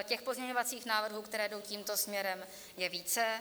Těch pozměňovacích návrhů, které jdou tímto směrem, je více.